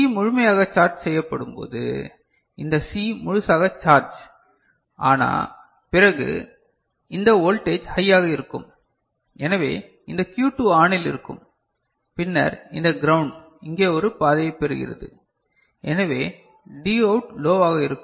C முழுமையாக charge செய்யப்படும்போது இந்த C முழுசாக சார்ஜ் ஆனா பிறகு இந்த வோல்டேஜ் ஹையாக இருக்கும் எனவே இந்த Q2 ஆனில் இருக்கும் பின்னர் இந்த கிரௌண்ட் இங்கே ஒரு பாதையைப் பெறுகிறது எனவே Dஅவுட் லோவாக இருக்கும்